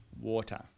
water